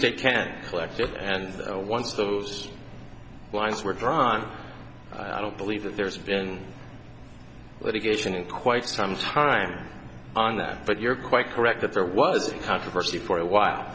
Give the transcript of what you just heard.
state can collect it and once those winds were dry i don't believe that there's been litigating in quite some time on that but you're quite correct that there was a controversy for a while